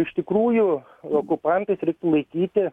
iš tikrųjų okupantais reiktų laikyti